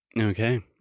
Okay